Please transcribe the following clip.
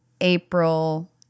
April